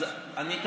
אז אני אענה לך.